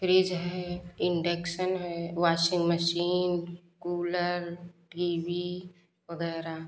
fridge है induction है washing machine cooler T V वगैरह